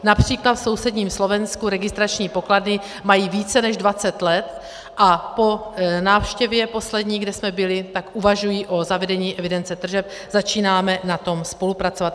Například v sousedním Slovensku registrační pokladny mají více než 20 let a po poslední návštěvě, kde jsme byli, tak uvažují o zavedení evidence tržeb, začínáme na tom spolupracovat.